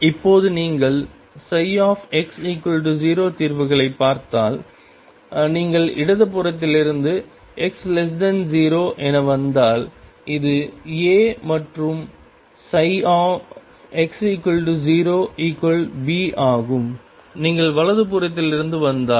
இப்போது நீங்கள் ψx0 தீர்வுகளை பார்த்தால் நீங்கள் இடது புறத்திலிருந்து x0 என வந்தால் இது A மற்றும் x0B ஆகும் நீங்கள் வலது புறத்திலிருந்து வந்தால்